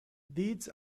deeds